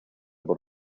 por